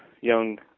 young